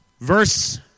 Verse